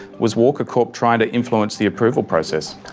was walker corp trying to influence the approval process?